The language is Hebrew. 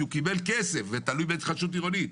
כי הוא קיבל כסף ותלוי בהתחדשות עירונית.